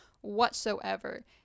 whatsoever